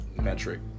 metric